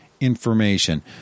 information